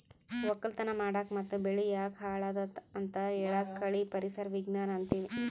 ವಕ್ಕಲತನ್ ಮಾಡಕ್ ಮತ್ತ್ ಬೆಳಿ ಯಾಕ್ ಹಾಳಾದತ್ ಅಂತ್ ಹೇಳಾಕ್ ಕಳಿ ಪರಿಸರ್ ವಿಜ್ಞಾನ್ ಅಂತೀವಿ